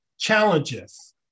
Challenges